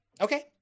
Okay